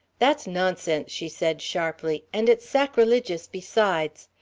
that's nonsense, she said sharply, and it's sacrilegious besides.